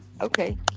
Okay